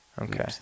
Okay